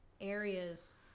areas